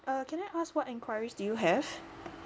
uh can I ask what enquiries do you have